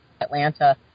Atlanta